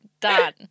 Done